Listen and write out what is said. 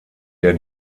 der